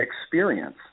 experience